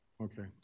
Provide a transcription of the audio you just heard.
Okay